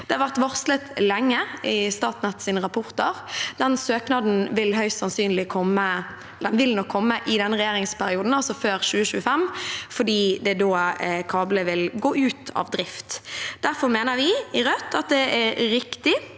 Det har vært varslet lenge i Statnetts rapporter. Den søknaden vil nok komme i denne regjeringsperioden, altså før 2025, fordi det er da kablene vil gå ut av drift. Derfor mener vi i Rødt at det er riktig